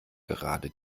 gerade